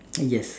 yes